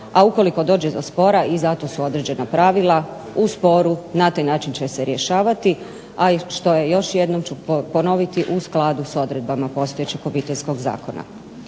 a ukoliko dođe do spora i za to su određena pravila u sporu, na taj način će se rješavati a i što je, još jednom ću ponoviti u skladu sa odredbama postojećeg Obiteljskog zakona.